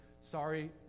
Sorry